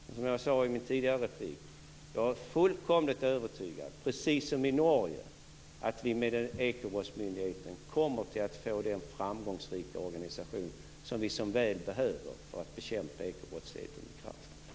Men som jag sade i min tidigare replik är jag fullkomligt övertygad om att vi med denna ekobrottsmyndighet precis som i Norge kommer att få den framgångsrika organisation som vi så väl behöver för att bekämpa ekobrottsligheten med kraft.